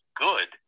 good